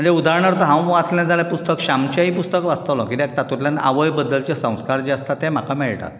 आनी उदारणार्थ हांव वाचलें जाल्यार पुस्तक श्यामचे आई पुस्तक वाचतलों किद्याक हातुंतल्यान आवय बद्दलचे संस्कार जे आसता ते म्हाका मेळटात